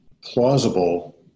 plausible